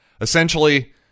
Essentially